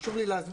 שחשוב לי להסביר,